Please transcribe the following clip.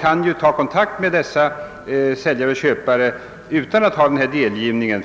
kan ta kontakt med säljare och köpare utan delgivning.